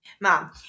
Mom